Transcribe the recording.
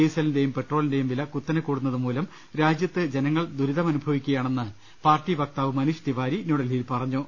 ഡീസലിന്റെയും പെട്രോളിന്റെയും വില കുത്തനെ കൂടു ന്നതുമൂലം രാജ്യത്ത് ജനങ്ങൾ ദുരിതമനുഭവിക്കുകയാണെന്ന് പാർട്ടി വക്താവ് മനീഷ് തിവാരി ന്യൂഡൽഹിയിൽ പറഞ്ഞു